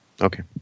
Okay